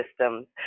systems